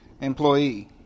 employee